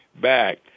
back